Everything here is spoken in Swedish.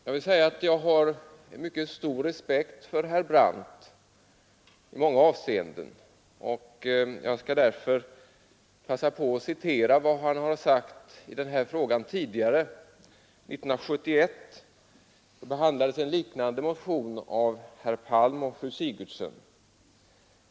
Jag har mycket stor respekt för herr Brandt i många avseenden, och jag skall därför passa på att citera vad han sagt i den här frågan tidigare. År 1971 behandlades en liknande motion av herr Palm och fru Sigurdsen.